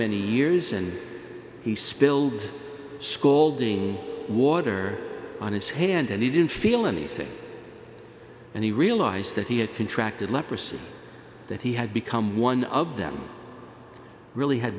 many years and he spilled scolding water on his hand and he didn't feel anything and he realized that he had contracted leprosy that he had become one of them really had